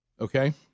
okay